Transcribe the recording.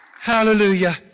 hallelujah